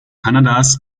kanadas